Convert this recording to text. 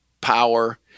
power